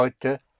Heute